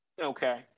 Okay